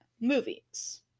movies